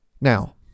Now